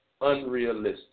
unrealistic